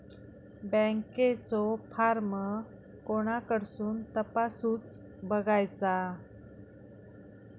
बँकेचो फार्म कोणाकडसून तपासूच बगायचा?